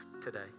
today